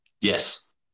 Yes